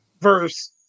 verse